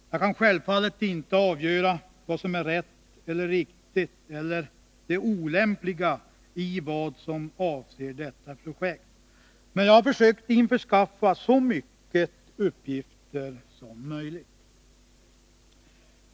Jag kan självfallet inte avgöra vad som är rätt och riktigt eller olämpligt när det gäller detta projekt, men jag har försökt införskaffa så mycket uppgifter som möjligt.